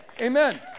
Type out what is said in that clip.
Amen